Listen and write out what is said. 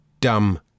dumb